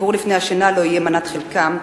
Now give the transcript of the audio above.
סיפור לפני השינה לא יהיה מנת חלקם,